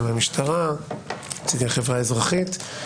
מהמשטרה ונציגי החברה האזרחית.